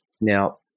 Now